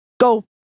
Go